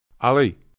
Ali